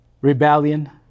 rebellion